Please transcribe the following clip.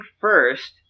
first